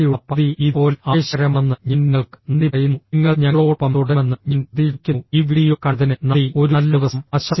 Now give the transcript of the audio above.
അതിനാൽ ബാക്കിയുള്ള പകുതി ഇതുപോലെ ആവേശകരമാണെന്ന് ഞാൻ നിങ്ങൾക്ക് നന്ദി പറയുന്നു നിങ്ങൾ ഞങ്ങളോടൊപ്പം തുടരുമെന്ന് ഞാൻ പ്രതീക്ഷിക്കുന്നു ഈ വീഡിയോ കണ്ടതിന് നന്ദി ഒരു നല്ല ദിവസം ആശംസിക്കുന്നു